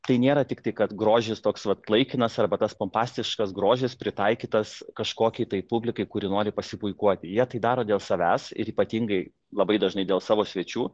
tai nėra tiktai kad grožis toks vat laikinas arba tas pompastiškas grožis pritaikytas kažkokiai tai publikai kuri nori pasipuikuoti jie tai daro dėl savęs ir ypatingai labai dažnai dėl savo svečių